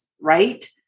right